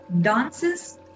dances